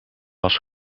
was